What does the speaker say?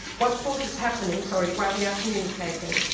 what force is happening sorry while we are communicating?